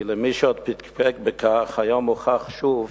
כי למי שעוד פקפק בכך, היום הוכח שוב